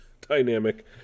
Dynamic